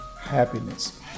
happiness